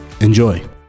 Enjoy